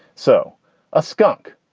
so a skunk,